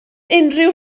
unrhyw